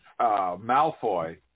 Malfoy